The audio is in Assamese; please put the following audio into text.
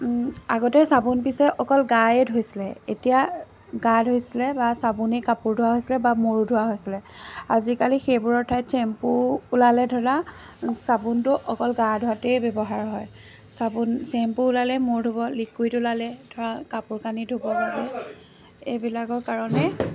আগতে চাবোন পিছে অকল গায়ে ধুইছিলে এতিয়া গা ধুইছিলে বা চাবোনেই কাপোৰ ধোৱা হৈছিলে বা মূৰ ধোৱা হৈছিলে আজিকালি সেইবোৰৰ ঠাইত চেম্পু ওলালে ধৰিলোৱা চাবোনটো অকল গা ধোৱাতেই ব্যৱহাৰ হয় চাবোন চেম্পু ওলালে মূৰ ধোব লিকুইট ওলালে ধৰা কাপোৰ কানি ধুবলৈ হ'ল এইবিলাকৰ কাৰণে